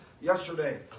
yesterday